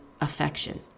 affection